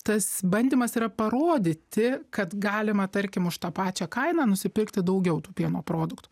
tas bandymas yra parodyti kad galima tarkim už tą pačią kainą nusipirkti daugiau tų pieno produktų